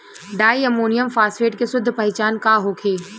Di ammonium phosphate के शुद्ध पहचान का होखे?